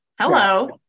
Hello